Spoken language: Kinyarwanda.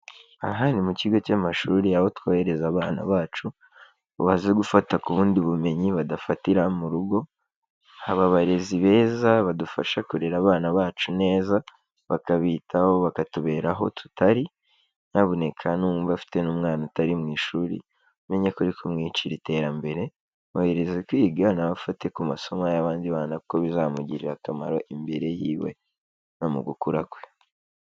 Aha ni mu kigo cy'amashuri abo twohereza abana bacu ngo baze gufata ku bundi bumenyi badafatira mu rugo, haba abarezi beza badufasha kurera abana bacu neza, bakabitaho, bakatubera aho tutari, nyaboneka nuwumva afite n'umwana utari mu ishuri umenye ko uri kumwicira iterambere, mwohereze kwiga na we afate ku masomo y'abandi bana kuko bizamugirira akamaro imbere yiwe no mu gukura kwe.